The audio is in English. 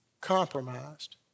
compromised